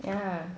yeah